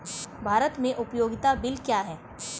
भारत में उपयोगिता बिल क्या हैं?